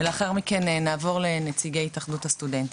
לאחר מכן, נעבור לנציגי התאחדות הסטודנטים.